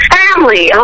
family